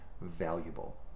valuable